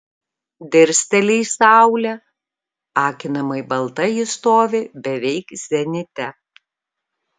dirsteli į saulę akinamai balta ji stovi beveik zenite